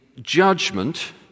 judgment